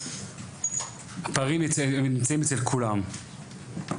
הפערים נמצאים אצל כולם,